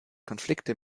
konflikte